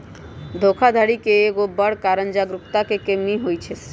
धोखाधड़ी के एगो बड़ कारण जागरूकता के कम्मि सेहो हइ